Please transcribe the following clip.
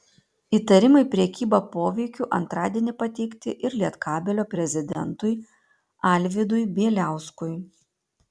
įtarimai prekyba poveikiu antradienį pateikti ir lietkabelio prezidentui alvydui bieliauskui